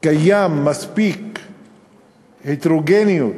קיימת מספיק הטרוגניות,